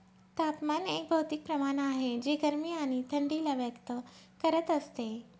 तापमान एक भौतिक प्रमाण आहे जे गरमी आणि थंडी ला व्यक्त करत असते